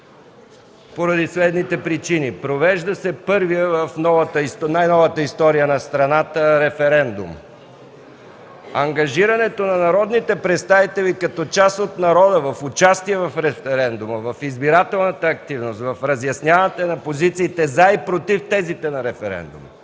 поради следните причини. Провежда се първият в най-новата история на страната референдум. Ангажирането на народните представители като част от народа за участие на референдума, в избирателната активност, в разясняването на позициите „за” и „против” тезите на референдума,